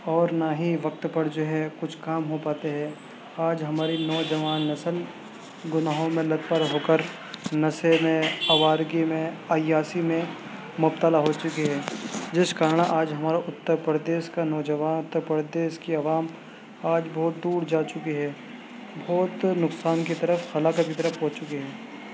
اور نہ ہی وقت پر جو ہے کچھ کام ہو پاتے ہیں آج ہماری نوجوان نسل گناہوں میں لت پر ہو کر نشے میں آوارگی میں عیاشی میں مبتلا ہو چکے ہیں جس کارن آج ہمارے اترپردیش کا نوجوان اترپردیش کی عوام آج بہت دور جا چکی ہے بہت نقصان کی طرف ہلاکت کی طرف ہو چکی ہے